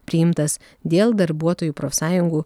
priimtas dėl darbuotojų profsąjungų